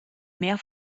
mehr